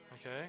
Okay